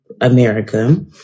America